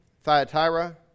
Thyatira